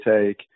take